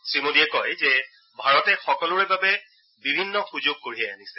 শ্ৰীমোদীয়ে কয় যে ভাৰতে সকলোৰে বাবে বিভিন্ন সুযোগ কঢ়িয়াই আনিছে